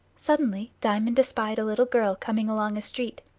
suddenly diamond espied a little girl coming along a street.